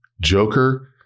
Joker